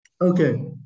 Okay